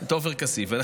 את עופר כסיף,